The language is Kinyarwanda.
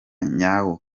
nyawo